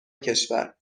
کشور